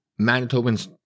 Manitobans